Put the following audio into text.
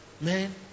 man